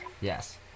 yes